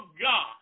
God